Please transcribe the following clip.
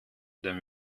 dem